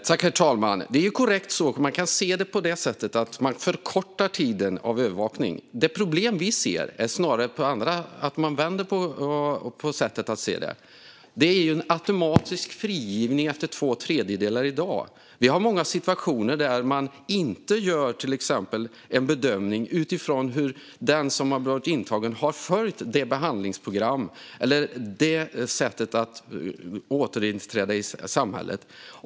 Herr talman! Det är korrekt så. Man kan se det som att man förkortar övervakningstiden. Vad vi gör är snarare att vända på sättet att se det. I dag är det en automatisk frigivning efter två tredjedelar av strafftiden. Vi har många situationer där man till exempel inte gör en bedömning utifrån hur den som har varit intagen har följt behandlingsprogram för att återinträda i samhället.